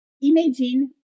Imagine